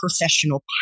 professional